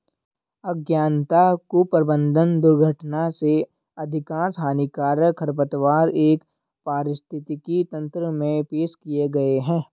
अज्ञानता, कुप्रबंधन, दुर्घटना से अधिकांश हानिकारक खरपतवार एक पारिस्थितिकी तंत्र में पेश किए गए हैं